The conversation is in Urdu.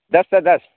دس سے دس